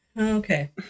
okay